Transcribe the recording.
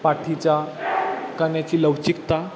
पाठीचा कण्याची लवचिकता